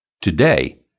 Today